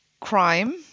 crime